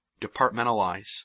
departmentalize